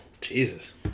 Jesus